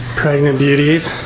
pregnant beauties.